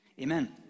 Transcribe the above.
amen